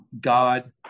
God